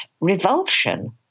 revulsion